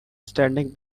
standing